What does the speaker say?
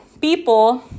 people